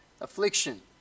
affliction